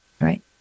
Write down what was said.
Right